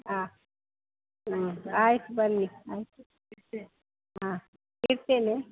ಹಾಂ ಹ್ಞೂ ಆಯ್ತು ಬನ್ನಿ ಆಯಿತು ಹಾಂ ಇಡ್ತೇನೆ